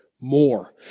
more